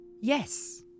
yes